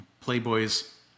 Playboy's